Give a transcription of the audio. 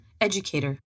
educator